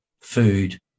food